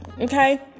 okay